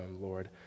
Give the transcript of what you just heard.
Lord